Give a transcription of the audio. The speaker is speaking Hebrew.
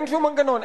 אין שום מנגנון,